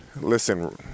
Listen